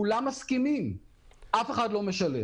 כולם מסכימים אבל אף אחד לא משלם.